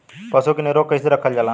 पशु के निरोग कईसे रखल जाला?